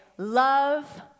Love